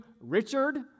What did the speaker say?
Richard